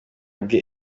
bwe